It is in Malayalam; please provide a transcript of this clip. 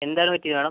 എന്താണ് പറ്റിയത് മാഡം